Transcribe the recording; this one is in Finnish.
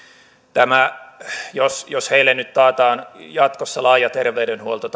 jos jos heille nyt taattaisiin jatkossa laaja terveydenhuolto